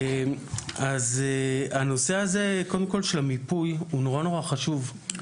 אז קודם כל נושא המיפוי, הוא נורא-נורא חשוב.